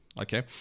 okay